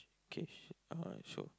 okay uh so